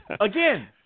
Again